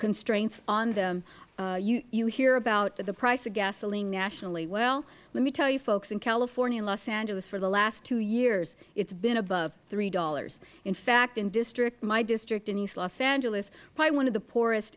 constraints on them you hear about the price of gasoline nationally well let me tell you folks in california and los angeles for the last two years it has been above three dollars in fact in my district in east los angeles probably one of the poorest